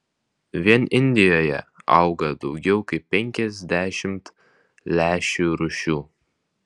vien indijoje auga daugiau kaip penkiasdešimt lęšių rūšių